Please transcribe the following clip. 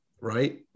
right